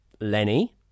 Lenny